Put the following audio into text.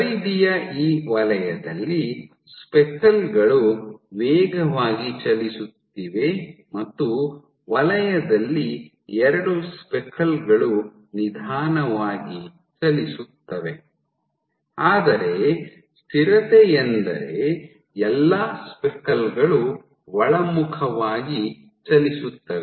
ಪರಿಧಿಯ ಈ ವಲಯದಲ್ಲಿ ಸ್ಪೆಕಲ್ ಗಳು ವೇಗವಾಗಿ ಚಲಿಸುತ್ತಿವೆ ಮತ್ತು ವಲಯದಲ್ಲಿ ಎರಡು ಸ್ಪೆಕಲ್ ಗಳು ನಿಧಾನವಾಗಿ ಚಲಿಸುತ್ತವೆ ಆದರೆ ಸ್ಥಿರತೆಯೆಂದರೆ ಎಲ್ಲಾ ಸ್ಪೆಕಲ್ ಗಳು ಒಳಮುಖವಾಗಿ ಚಲಿಸುತ್ತವೆ